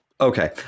Okay